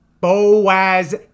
Boaz